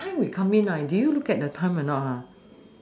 what time we come in ah did you look at the time or not